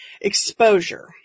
exposure